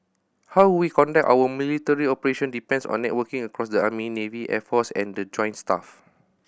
how we conduct our military operation depends on networking across the army navy air force and the joint staff